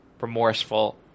remorseful